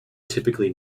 typically